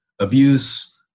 abuse